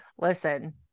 listen